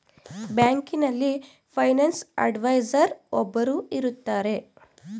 ಬ್ಯಾಂಕಿನಲ್ಲಿ finance adviser ಒಬ್ಬರು ಇರುತ್ತಾರೆ